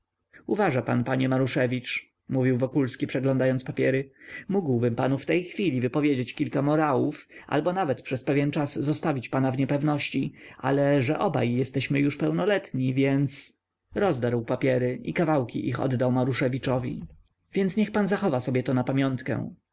uważa pan panie maruszewicz mówił wokulski przeglądając papiery mógłbym panu w tej chwili wypowiedzieć kilka morałów albo nawet przez pewien czas zostawić pana w niepewności ale że obaj jesteśmy już pełnoletni więc rozdarł papiery i kawałki ich oddał maruszewiczowi więc niech pan zachowa sobie to na pamiątkę